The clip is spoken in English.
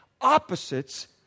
opposites